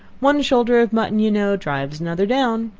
one shoulder of mutton, you know, drives another down.